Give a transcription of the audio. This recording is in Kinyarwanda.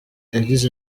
yagize